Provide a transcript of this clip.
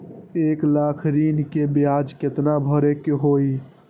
एक लाख ऋन के ब्याज केतना भरे के होई?